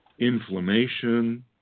Inflammation